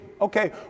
Okay